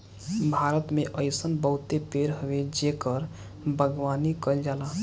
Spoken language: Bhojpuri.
भारत में अइसन बहुते पेड़ हवे जेकर बागवानी कईल जाला